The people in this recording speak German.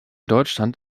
deutschland